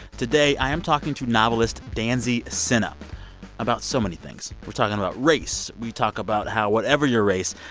today, i am talking to novelist danzy senna about so many things. we're talking about race. we talk about how whatever your race,